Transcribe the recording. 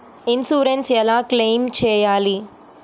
Insurance ఎలా claim చేయాలి?